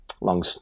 Long